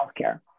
healthcare